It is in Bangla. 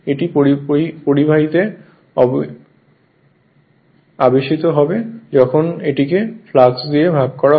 এটির পরিবাহীতে আবেশিত হবে যখন এটিকে ফ্লাক্স দিয়ে ভাগ করা হয়